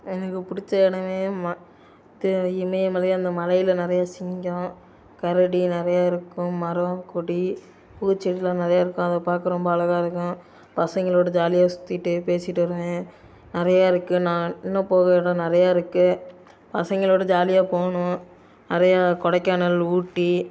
எனக்கு பிடிச்ச இடமே ம இது இமயமலை அந்த மலையில் நிறையா சிங்கம் கரடி நிறையா இருக்கும் மரம் கொடி பூச்செடிலாம் நிறையா இருக்கும் அதை பார்க்க ரொம்ப அழகாக இருக்கும் பசங்களோடய ஜாலியாக சுற்றிட்டு பேசிட்டு வருவேன் நிறையா இருக்குது நான் இன்னும் போக இடம் நிறையா இருக்குது பசங்களோடய ஜாலியாக போகணும் நிறையா கொடைக்கானல் ஊட்டி